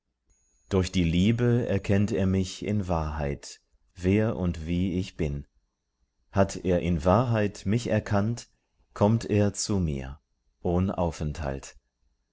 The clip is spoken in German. durch die liebe erkennt er mich in wahrheit wer und wie ich bin hat er in wahrheit mich erkannt kommt er zu mir